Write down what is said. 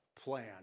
plan